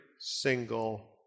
single